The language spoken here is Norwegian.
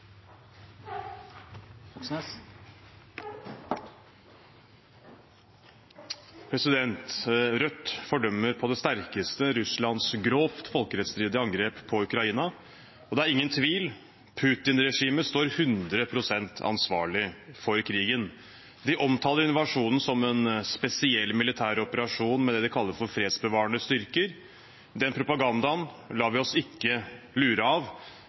Rødt fordømmer på det sterkeste Russlands grovt folkerettsstridige angrep på Ukraina, og det er ingen tvil: Putin-regimet står 100 pst. ansvarlig for krigen. De omtaler invasjonen som en spesiell militær operasjon med det de kaller for fredsbevarende styrker. Den propagandaen lar vi oss ikke lure av.